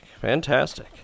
fantastic